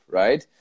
right